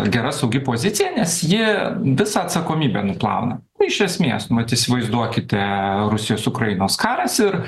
gera saugi pozicija nes ji visą atsakomybę nuplauna iš esmės nu vat įsivaizduokite rusijos ukrainos karas ir